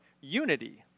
unity